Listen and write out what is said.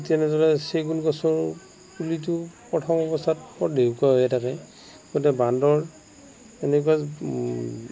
ঠিক তেনেদৰে চেগুন গছৰ পুলিটোও প্ৰথম অৱস্থাত বৰ লেহুকা হৈ থাকে গতিকে বান্দৰ এনেকুৱা